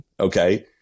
Okay